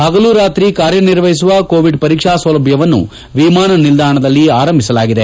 ಪಗಲೂ ರಾತ್ರಿ ಕಾರ್ಯನಿರ್ವಹಿಸುವ ಕೋವಿಡ್ ಪರೀಕ್ಷ ಸೌಲಭ್ಯವನ್ನು ವಿಮಾನ ನಿಲ್ದಾಣದಲ್ಲಿ ಆರಂಭಿಸಲಾಗಿದೆ